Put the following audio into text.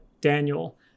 Daniel